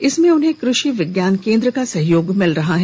इसमें उन्हें कृषि विज्ञान केंद्र का सहयोग मिल रहा है